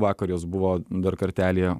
vakar jos buvo dar kartelį